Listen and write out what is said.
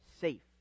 safe